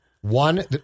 One